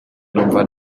numva